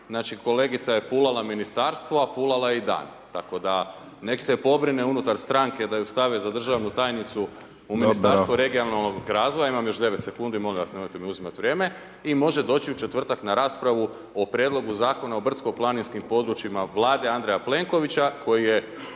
Znači, kolegica je fulala Ministarstvo, a fulala je i dan, tako da, nek se pobrinu unutar stranke da ju stave za državnu tajnicu…/Upadica: Dobro/…u Ministarstvu regionalnog razvoja, imam još 9 sekundi, molim vas nemojte mi uzimati vrijeme, i može doći u četvrtak na raspravu o prijedlogu Zakona o brdsko planinskim područjima Vlade Andreja Plenkovića koji je